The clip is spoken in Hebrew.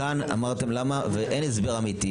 אמרתם למה אבל אין הסבר אמיתי,